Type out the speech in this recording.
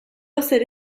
hacer